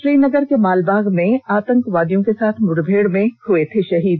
श्रीनगर के मालबाग में आतंकवादियों के साथ मुठभेड़ में हुए थे शहीद